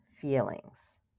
feelings